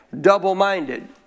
double-minded